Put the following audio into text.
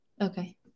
Okay